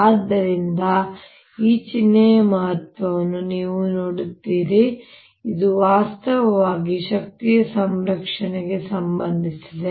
ಆದ್ದರಿಂದ ಈ ಚಿಹ್ನೆಯ ಮಹತ್ವವನ್ನು ನೀವು ನೋಡುತ್ತೀರಿ ಇದು ವಾಸ್ತವವಾಗಿ ಶಕ್ತಿಯ ಸಂರಕ್ಷಣೆಗೆ ಸಂಬಂಧಿಸಿದೆ